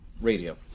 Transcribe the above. radio